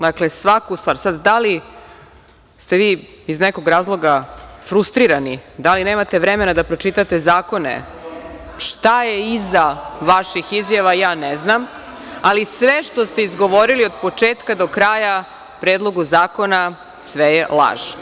Dakle, svaku stvar, sad, da li ste vi iz nekog razloga frustrirani, da li nemate vremena da pročitate zakone, šta je iza vaših izjava ja ne znam, ali sve što ste izgovorili od početka do kraja Predlogu zakona sve je laž.